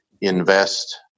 Invest